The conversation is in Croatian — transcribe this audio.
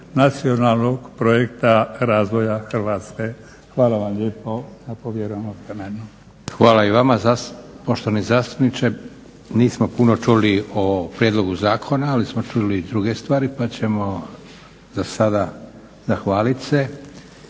nacionalnog projekta razvoja Hrvatske. Hvala vam lijepo na povjerenom vremenu. **Leko, Josip (SDP)** Hvala i vama poštovani zastupniče. Nismo puno čuli o prijedlogu zakona, ali smo čuli druge stvari pa ćemo za sada zahvalit se